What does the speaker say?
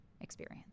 experience